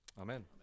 amen